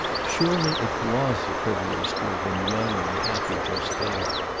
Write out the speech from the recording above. surely it was a privilege to have been young and happy just there.